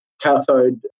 cathode